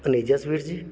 Aneja sweets ਜੀ